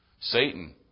Satan